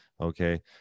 Okay